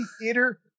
theater